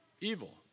evil